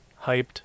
hyped